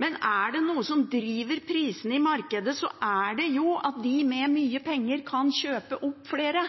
Men er det noe som driver prisene i markedet, er det jo at de med mye penger kan kjøpe opp mer